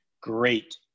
great